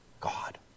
God